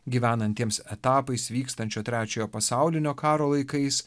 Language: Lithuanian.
gyvenantiems etapais vykstančio trečiojo pasaulinio karo laikais